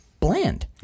bland